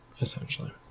essentially